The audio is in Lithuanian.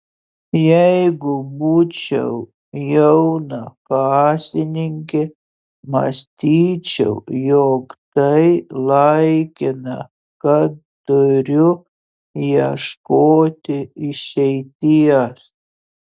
jeigu būčiau jauna kasininkė mąstyčiau jog tai laikina kad turiu ieškoti išeities